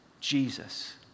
Jesus